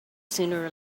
sooner